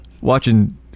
watching